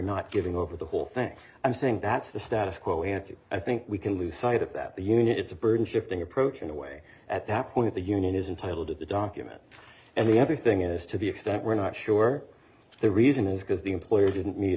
not giving over the whole thing i'm saying that's the status quo ante i think we can lose sight of that the unit is a burden shifting approach in a way at that point the union is entitled to the document and the other thing is to the extent we're not sure the reason is because the employer didn't mee